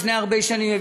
לפני הרבה שנים,